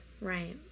Right